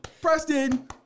Preston